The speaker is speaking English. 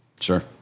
Sure